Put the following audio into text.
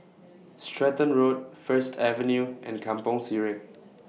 Stratton Road First Avenue and Kampong Sireh